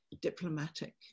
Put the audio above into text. diplomatic